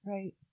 Right